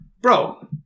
bro